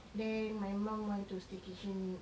then my mum want to staycation